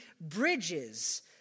bridges